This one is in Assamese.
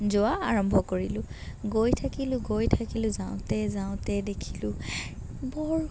যোৱা আৰম্ভ কৰিলোঁ গৈ থাকিলোঁ গৈ থাকিলোঁ যাওঁতে যাওঁতে দেখিলো বৰ